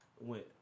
went